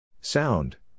Sound